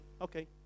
Okay